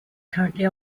currently